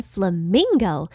Flamingo